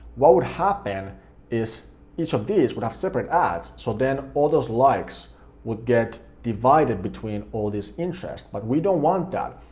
what would happen is each of these would have separate ads so then all those likes would get divided between all these interests, but we don't want that.